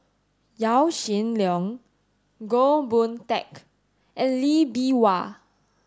Yaw Shin Leong Goh Boon Teck and Lee Bee Wah